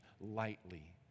lightly